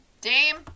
Dame